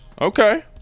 Okay